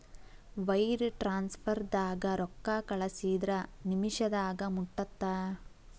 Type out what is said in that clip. wire ಟ್ರಾನ್ಸ್ಫರ್ದಾಗ ರೊಕ್ಕಾ ಕಳಸಿದ್ರ ನಿಮಿಷದಾಗ ಮುಟ್ಟತ್ತ